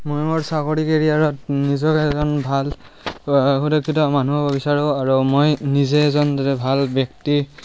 মই মোৰ চাকৰি কেৰিয়াৰত নিজক এজন ভাল সুদক্ষিত মানুহ হ'ব বিচাৰোঁ আৰু মই নিজে এজন যাতে ভাল ব্যক্তি